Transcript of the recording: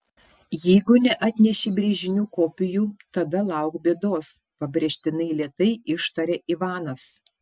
jeigu neatnešei brėžinių kopijų tada lauk bėdos pabrėžtinai lėtai ištarė ivanas